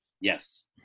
yes